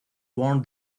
worn